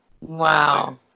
wow